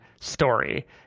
story